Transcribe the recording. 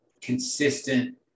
consistent